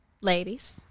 ladies